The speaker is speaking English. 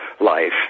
life